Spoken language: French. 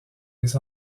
les